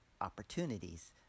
opportunities